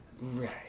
Right